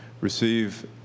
receive